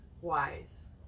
wise